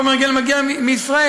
חומר גלם מגיע מישראל.